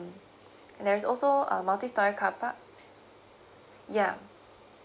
there's also a multi storey car park ya